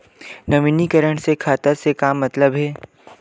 नवीनीकरण से खाता से का मतलब हे?